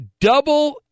double